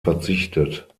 verzichtet